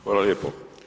Hvala lijepo.